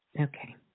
Okay